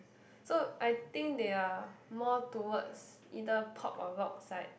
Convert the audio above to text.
so I think they are more towards either pop or rock side